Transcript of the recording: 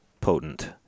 potent